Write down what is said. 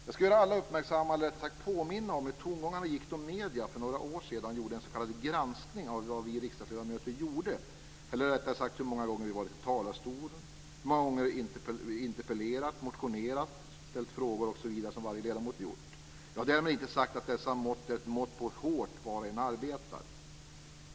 Jag vill göra alla uppmärksamma på och påminna om hur tongångarna gick då medierna för några år sedan gjorde en s.k. granskning av vad vi riksdagsledamöter gjorde, hur många gånger vi varit i talarstolen, hur många gånger vi interpellerat, motionerat och ställt frågor, som varje ledamot gjort. Jag har därmed inte sagt att dessa uppgifter är ett mått på hur hårt var och en arbetar.